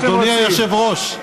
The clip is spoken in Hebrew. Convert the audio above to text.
אדוני היושב-ראש,